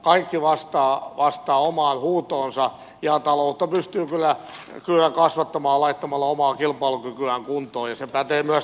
kaikki vastaavat omaan huutoonsa ja taloutta pystyy kyllä kasvattamaan laittamalla omaa kilpailukykyään kuntoon ja se pätee myös täällä suomessa